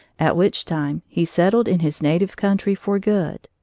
at which time he settled in his native country for good.